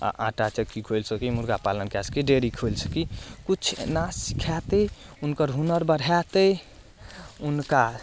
आटा चक्की खोलि सकी मुर्गा पालन कए सकी डेयरी खोलि सकी किछु एना सिखेतै हुनकर हुनर बढ़ेतै हुनका